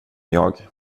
jag